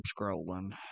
scrolling